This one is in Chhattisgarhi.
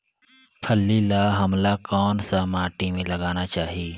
फल्ली ल हमला कौन सा माटी मे लगाना चाही?